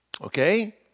okay